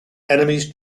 enemies